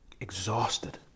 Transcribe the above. Exhausted